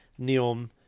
Neom